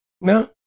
No